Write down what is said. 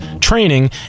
training